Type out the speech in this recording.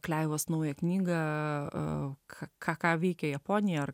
kleivos naują knygą a ką ką ką veikia japonija ar